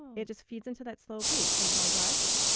it just feeds into that slow pace. there is no rush.